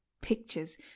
pictures